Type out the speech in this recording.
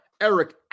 Eric